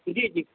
جی جی